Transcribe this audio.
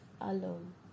alone